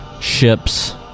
ships